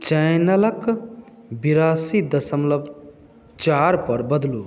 चैनलके बिरासी दसमलब चारि पर बदलू